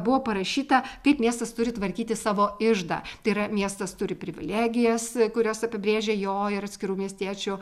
buvo parašyta kaip miestas turi tvarkyti savo iždą tai yra miestas turi privilegijas kurios apibrėžia jo ir atskirų miestiečių